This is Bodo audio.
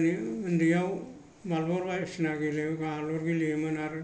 जों गोदोनि उन्दैयाव मार्बल बायदिसिना मार्बल गेलेयोमोन आरो